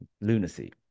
Lunacy